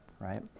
right